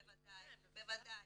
בוודאי.